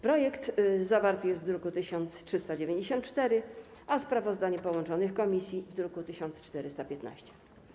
Projekt zwarty jest w druku nr 1394, a sprawozdanie połączonych komisji w druku nr 1415.